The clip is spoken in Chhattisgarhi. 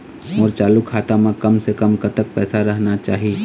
मोर चालू खाता म कम से कम कतक पैसा रहना चाही?